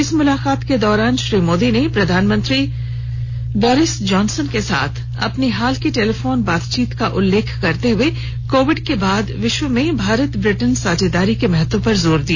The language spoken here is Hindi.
इस मुलाकात के दौरान श्री मोदी ने प्रधानमंत्री बोरिस जॉनसन के साथ अपनी हाल की टेलीफोन बातचीत का उल्लेख करते हुए कोविड पश्चात के विश्व में भारत ब्रिटेन साझेदारी के महत्व पर जोर दिया